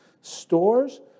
stores